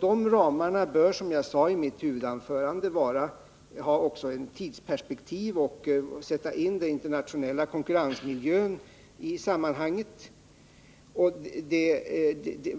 De ramarna bör, som jag sade i mitt huvudanförande, innehålla också ett tidsperspektiv och en bedömning av den internationella konkurrensmiljön.